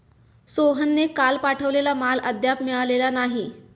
सोहनने काल पाठवलेला माल अद्याप मिळालेला नाही